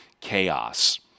chaos